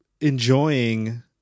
enjoying